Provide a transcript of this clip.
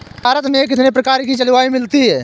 भारत में कितनी प्रकार की जलवायु मिलती है?